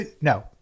no